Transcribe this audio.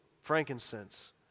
frankincense